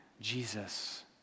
Jesus